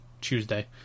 Tuesday